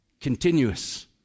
continuous